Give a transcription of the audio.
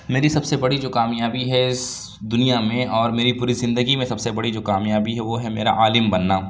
میری سب سے بڑی جو کامیابی ہے اِس دنیا میں اور میری پوری زندگی میں سب سے بڑی جو کامیابی ہے وہ ہے میرا عالم بننا